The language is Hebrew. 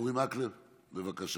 אורי מקלב, בבקשה.